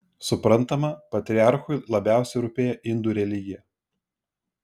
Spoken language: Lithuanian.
suprantama patriarchui labiausiai rūpėjo indų religija